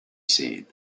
scene